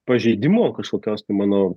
pažeidimu kažkokios tai mano